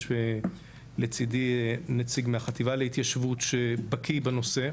יש לצידי נציג מהחטיבה להתיישבות שבקיא בנושא,